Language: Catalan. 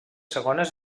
segones